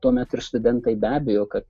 tuomet ir studentai be abejo kad